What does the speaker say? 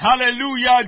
Hallelujah